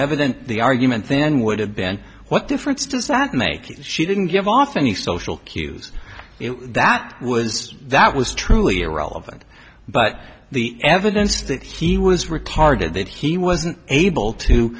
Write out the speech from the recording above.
evident the argument then would have been what difference does that make she didn't give off any social cues that was that was truly irrelevant but the evidence that he was retarded that he wasn't able to